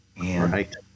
Right